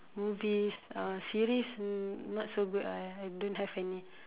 movies uh series no~ not so good ah I I don't have any